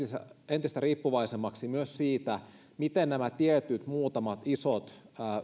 entistä riippuvaisemmaksi myös siitä miten nämä tietyt muutamat isot